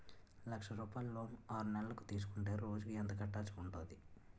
లక్ష రూపాయలు లోన్ ఆరునెలల కు తీసుకుంటే రోజుకి ఎంత కట్టాల్సి ఉంటాది?